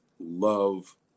Love